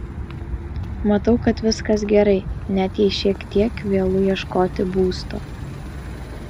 matau kad viskas gerai net jei šiek tiek vėlu ieškoti būsto